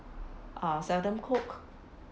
I seldom cook